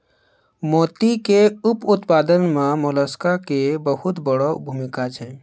मोती के उपत्पादन मॅ मोलस्क के बहुत वड़ो भूमिका छै